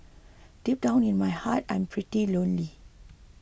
deep down in my heart I'm pretty lonely